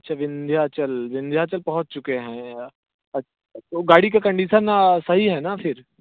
अच्छा विंध्याचल विंध्याचल पहुँच चुके हैं तो गाड़ी का कंडीशन सही है ना फिर